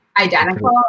identical